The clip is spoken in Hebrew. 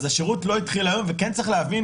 השירות לא התחיל היום, וכן צריך להבין